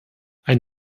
ein